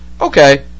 Okay